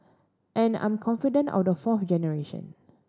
and I'm confident of the fourth generation